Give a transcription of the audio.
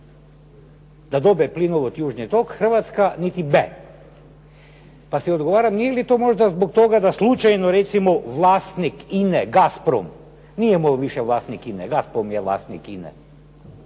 da dobiju plinovod južni tok, Hrvatska niti be. Pa si odgovaram, nije li to možda zbog toga da slučajno recimo vlasnik INA-e, Gasprom, nije MOL više vlasnik INA-e, Gasprom je vlasnik INA-e,